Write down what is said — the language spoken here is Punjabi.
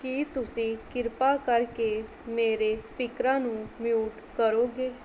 ਕੀ ਤੁਸੀਂ ਕਿਰਪਾ ਕਰਕੇ ਮੇਰੇ ਸਪੀਕਰਾਂ ਨੂੰ ਮਿਊਟ ਕਰੋਗੇ